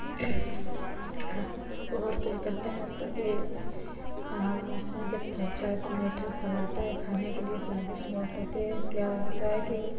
और क्या करते हैं उसको कि आम उसमें जब फरता है तो मीठा फल आता है खाने के लिए स्वादिष्ट बहुत आते हैं क्या होता है कि